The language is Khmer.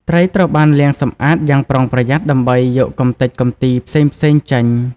ត្រីត្រូវបាន លាងសម្អាត យ៉ាងប្រុងប្រយ័ត្នដើម្បីយកកម្ទេចកំទីផ្សេងៗចេញ។